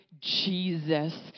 Jesus